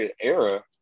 era